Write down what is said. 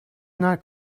not